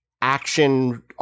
action